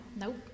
Nope